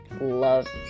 love